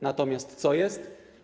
Natomiast co jest?